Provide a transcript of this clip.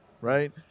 right